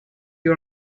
you